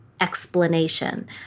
explanation